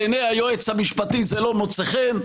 בעיני היועץ המשפטי זה לא מוצא חן,